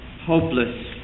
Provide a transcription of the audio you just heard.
hopeless